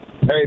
Hey